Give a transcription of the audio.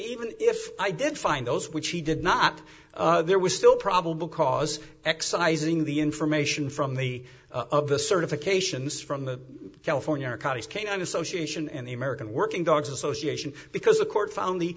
even if i did find those which he did not there was still probable cause excising the information from the of the certifications from the california counties canine association and the american working dogs association because the court found the